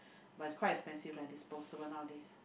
but is quite expensive leh disposable nowadays